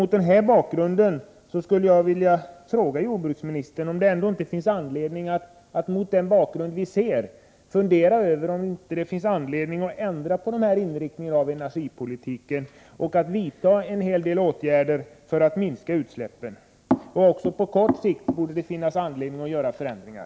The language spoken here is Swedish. Mot bakgrund av det vi ser skulle jag vilja fråga jordbruksministern om det inte finns anledning att ändra på denna inriktning av energipolitiken och vidta en hel del åtgärder för att minska utsläppen. Även på kort sikt borde det finnas anledning att göra förändringar.